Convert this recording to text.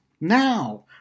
now